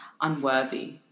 unworthy